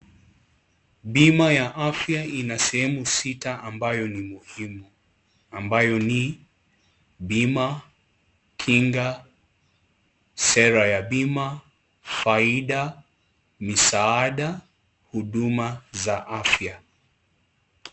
Bima ya afya ina sehemu sita ambayo ni muhimu ambayo ni, bima, kinga, sera ya bima, faida, misaada, huduma za afya.